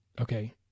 okay